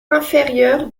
inférieur